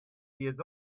years